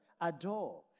adore